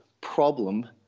problem